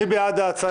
מי בעד ההצעה?